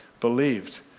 believed